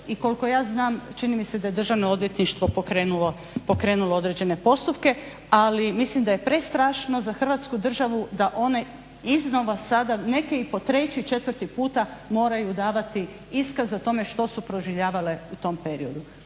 i koliko ja znam čini mi se da je državno odvjetništvo pokrenulo određene postupke, ali mislim da je prestrašno za Hrvatsku državu da one iznova sada, neke i po treći, četvrti puta moraju davati iskaz o tome što su proživljavale u tom periodu.